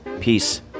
Peace